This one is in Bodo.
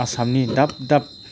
आसामनि दाब दाब